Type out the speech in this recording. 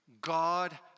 God